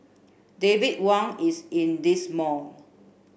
David Wang is in this mall